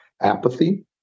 Apathy